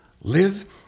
live